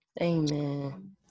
Amen